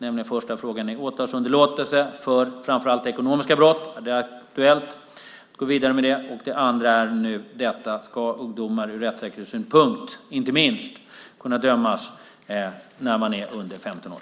Första frågan handlar om åtalsunderlåtelse för framför allt ekonomiska brott: Är det aktuellt att gå vidare med det? Den andra är nu detta om ifall ungdomar, inte minst ur rättssäkerhetssynpunkt, ska kunna dömas när de är under 15 år.